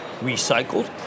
recycled